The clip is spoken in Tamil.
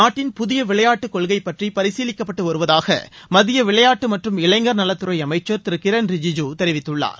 நாட்டின் புதிய விளையாட்டுக்கொள்கை பற்றி பரிசீலிக்கப்பட்டு வருவதாக மத்திய விளையாட்டு மற்றும் இளைஞர் நலத்துறை அமைச்சர் திரு கிரண் ரிஜிஜு தெரிவித்துள்ளார்